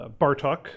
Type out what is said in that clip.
Bartok